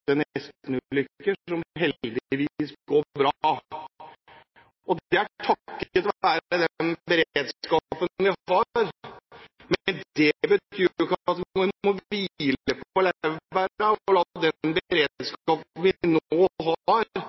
nestenulykker som heldigvis går bra. Det er takket være den beredskapen vi har. Men det betyr jo ikke at vi må hvile på laurbærene og la den beredskapen vi nå har, være det